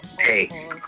Hey